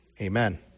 amen